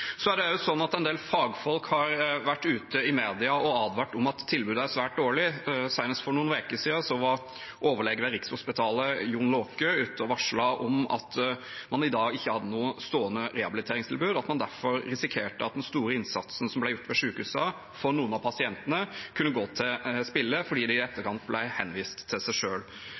Det er også slik at en del fagfolk har vært ute i mediene og advart om at tilbudet er svært dårlig. Senest for noen uker siden var overlege Jon Laake ved Rikshospitalet ute og varslet om at man i dag ikke hadde noe stående rehabiliteringstilbud, og at man derfor risikerte at den store innsatsen som ble gjort ved sykehusene for noen av pasientene, kunne gå til spille fordi de i etterkant ble henvist til seg